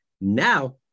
Now